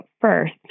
first